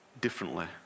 differently